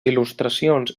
il·lustracions